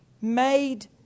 made